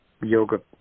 yoga